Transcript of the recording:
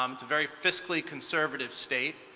um it's a very fiscally conservative state.